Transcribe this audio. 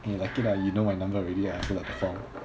you like it ah you know my number already ah I fill up the form